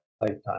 lifetime